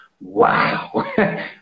wow